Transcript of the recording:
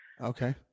Okay